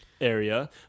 area